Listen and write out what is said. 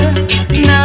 Now